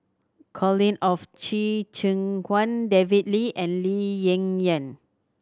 Colin of Qi Zhe Quan David Lee and Lee Ling Yen